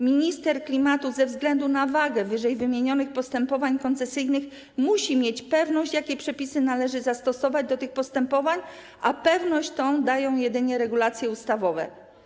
Minister klimatu ze względu na wagę ww. postępowań koncesyjnych musi mieć pewność, jakie przepisy należy zastosować do tych postępowań, a tę pewność dają jedynie regulacje ustawowe.